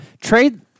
trade